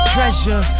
Treasure